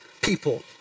people